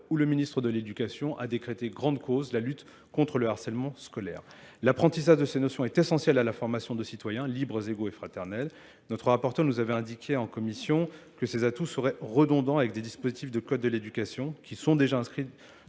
où le ministre de l'Éducation a décrété grande cause la lutte contre le harcèlement scolaire. L'apprentissage de ces notions est essentiel à la formation de citoyens, libres, égaux et fraternels. Notre rapporteur nous avait indiqué en commission que ces atouts seraient redondants avec des dispositifs de code de l'éducation qui ont déjà inscrit